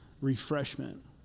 refreshment